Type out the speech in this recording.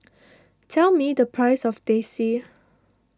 tell me the price of Teh C